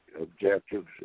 objectives